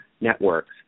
networks